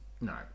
no